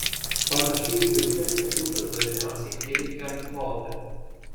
panašiai džiunglėse liūtas dažniausiai įveikia antilopę